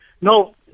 no